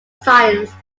science